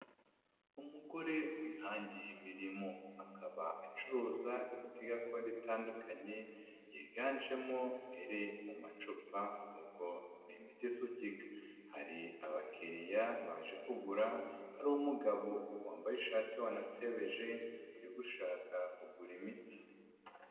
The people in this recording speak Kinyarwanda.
Umugore wihangiye imirimo akaba acuruza imiti gakondo itandukanye yiganjemo iri mu macupa ubwo ni imiti isukika, hari abakiriya baje kugura, hari umugabo wambaye ishati wanatebejene uri gushaka kugura imiti.